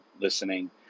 listening